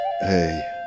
Hey